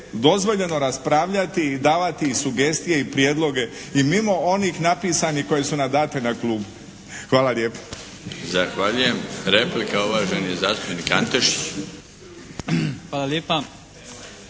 dozvoljeno raspravljati i davati sugestije i prijedloge i mimo onih napisanih koje su nam date na klupu. Hvala lijepo. **Milinović, Darko (HDZ)** Zahvaljujem.